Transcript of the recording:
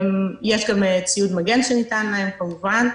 יש גם ציוד מגן שניתן להם, כמובן.